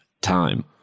time